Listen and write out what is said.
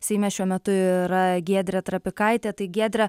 seime šiuo metu yra giedrė trapikaitė tai giedre